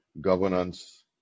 governance